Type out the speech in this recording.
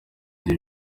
gihe